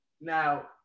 Now